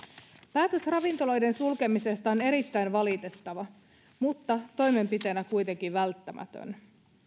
päätös ravintoloiden sulkemisesta on erittäin valitettava mutta toimenpiteenä kuitenkin välttämätön